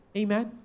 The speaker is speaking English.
amen